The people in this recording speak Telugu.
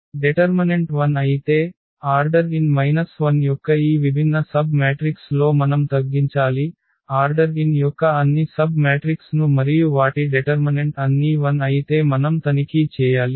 డెటర్మనెంట్ 0 అయితే ఆర్డర్ n 1 యొక్క ఈ విభిన్న సబ్ మ్యాట్రిక్స్ లో మనం తగ్గించాలి ఆర్డర్ n యొక్క అన్ని సబ్ మ్యాట్రిక్స్ ను మరియు వాటి డెటర్మనెంట్ అన్నీ 0 అయితే మనం తనిఖీ చేయాలి